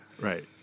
Right